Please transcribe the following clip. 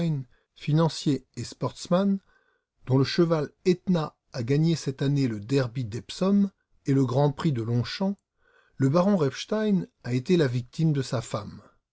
financier et sportsman dont le cheval etna a gagné cette année le derby d'epsom et le grand prix de longchamp le baron repstein a été la victime de sa femme